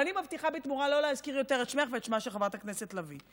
ואני מבטיחה בתמורה שלא להזכיר יותר את שמך ואת שמה של חברת הכנסת לביא.